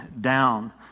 down